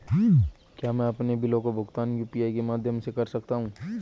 क्या मैं अपने बिलों का भुगतान यू.पी.आई के माध्यम से कर सकता हूँ?